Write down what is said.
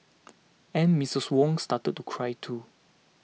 and Miss Wong started to cry too